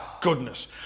goodness